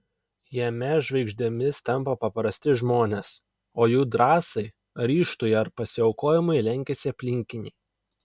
jame žvaigždėmis tampa paprasti žmonės o jų drąsai ryžtui ar pasiaukojimui lenkiasi aplinkiniai